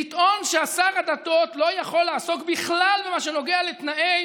לטעון ששר הדתות לא יכול לעסוק בכלל במה שנוגע לתנאי